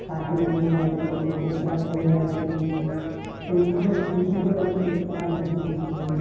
કાકડીનું રાયતું કોપરાનું રાયતું કોઈપણ ફ્રૂટ પણ અમે કોઇકવાર નાખીએ છીએ